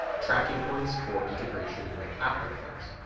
tracking points for integration with after effects.